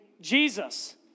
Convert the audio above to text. Jesus